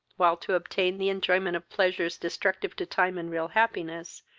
while, to obtain the enjoyment of pleasures destructive to time and real happiness,